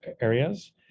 areas